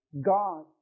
God